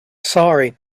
sorry